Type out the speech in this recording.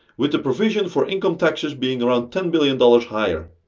with the provision for income taxes being around ten billion dollars higher.